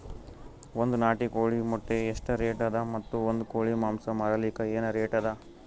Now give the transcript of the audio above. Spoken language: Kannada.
ಒಂದ್ ನಾಟಿ ಕೋಳಿ ಮೊಟ್ಟೆ ಎಷ್ಟ ರೇಟ್ ಅದ ಮತ್ತು ಒಂದ್ ಕೋಳಿ ಮಾಂಸ ಮಾರಲಿಕ ಏನ ರೇಟ್ ಅದ?